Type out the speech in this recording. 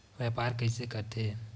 व्यापार कइसे करथे?